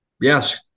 yes